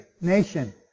nation